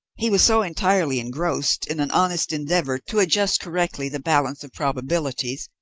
he was so entirely engrossed in an honest endeavour to adjust correctly the balance of probabilities,